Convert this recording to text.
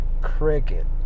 Cricket